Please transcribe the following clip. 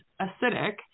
acidic